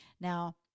now